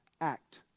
act